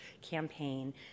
campaign